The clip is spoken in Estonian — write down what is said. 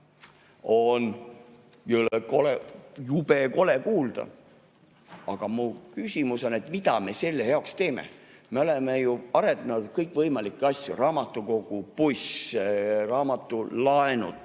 on jube kole kuulda. Aga mu küsimus on, et mida me [lugemise] heaks teeme. Me oleme ju arendanud kõikvõimalikke asju: raamatukogubuss, raamatulaenutused,